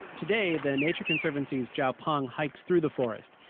today, the nature conservancy's zhao peng hikes through the forest.